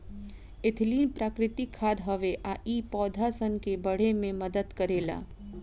ethylene प्राकृतिक खाद हवे आ इ पौधा सन के बढ़े में मदद करेला